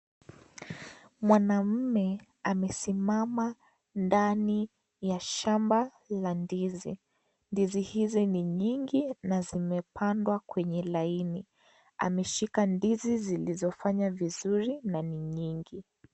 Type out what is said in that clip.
Mwanaume amesimama ndani ya shamba la ndizi . Ndizi hizi ni mingi na zimepandwa kwenye laini. Ameshika ndizi zilizo fanya vizuri na ni nyingi.